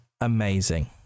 amazing